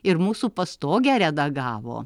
ir mūsų pastogę redagavo